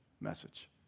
message